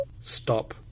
Stop